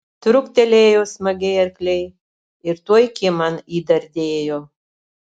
truktelėjo smagiai arkliai ir tuoj kieman įdardėjo